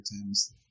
Times